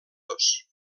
dos